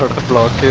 the blood